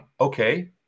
okay